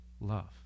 love